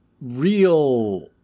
real